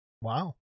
Wow